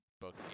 book